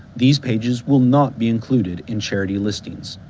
these pages will not be included in charity lists.